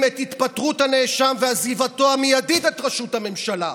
את התפטרות הנאשם ועזיבתו המיידית את ראשות הממשלה.